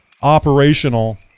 operational